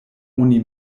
oni